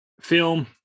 film